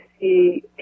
see